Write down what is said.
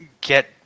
get